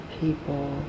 people